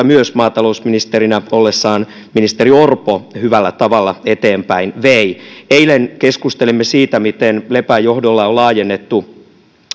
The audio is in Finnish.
myös maatalousministerinä ollessaan ministeri orpo hyvällä tavalla eteenpäin vei eilen keskustelimme siitä miten lepän johdolla on laajennettu